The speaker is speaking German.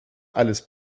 alles